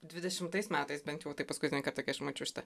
dvidešimtais metais bent jau taip paskutinį kartą kai aš mačiau šitą